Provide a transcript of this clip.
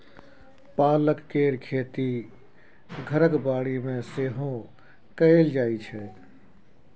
पालक केर खेती घरक बाड़ी मे सेहो कएल जाइ छै